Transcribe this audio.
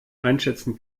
einschätzen